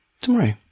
tomorrow